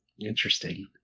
Interesting